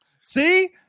See